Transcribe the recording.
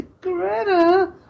Greta